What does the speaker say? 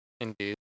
Indeed